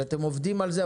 שאתם עובדים על זה,